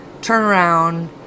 turnaround